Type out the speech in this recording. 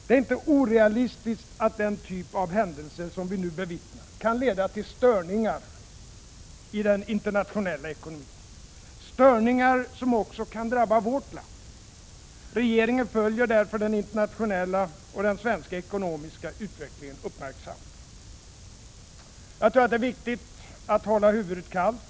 Det är inte orealistiskt att den typ av händelser som vi nu bevittnar kan leda till störningar i den internationella ekonomin, störningar som också kan drabba vårt land. Regeringen följer därför den internationella och den svenska ekonomiska utvecklingen uppmärksamt. Jag tror att det är viktigt att hålla huvudet kallt.